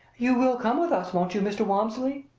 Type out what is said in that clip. you will come with us, won't you, mr. walmsley?